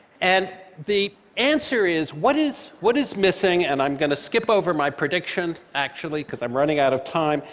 and the answer is, what is what is missing? and i'm going to skip over my prediction, actually, because i'm running out of time,